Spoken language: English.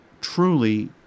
truly